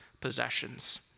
possessions